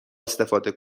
استفاده